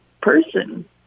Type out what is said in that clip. person